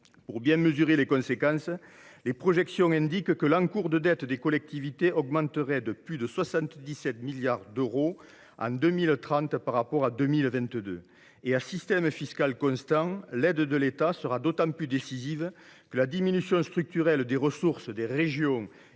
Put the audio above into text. Pour bien mesurer les conséquences, les projections indiquent que l’encours de dette des collectivités augmenterait de plus de 77 milliards d’euros en 2030 par rapport à 2022. À système fiscal constant, l’aide de l’État sera d’autant plus décisive que la diminution structurelle des ressources des régions